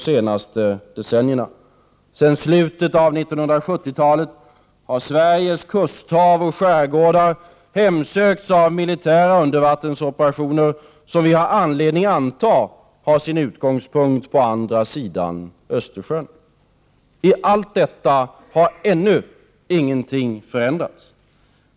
Sedan slutet av 1970-talet har Sveriges kusthav och skärgårdar hemsökts av militära undervattensoperationer, som vi har anledning anta har sin utgångspunkt på andra sidan Östersjön. I allt detta har ännu ingenting förändrats.